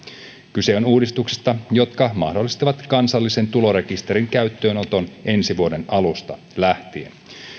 kyse on uudistuksista jotka mahdollistavat kansallisen tulorekisterin käyttöönoton ensi vuoden alusta lähtien